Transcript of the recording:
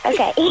Okay